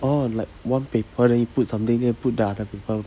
orh like one paper then you put something then you put the other paper